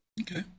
Okay